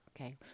Okay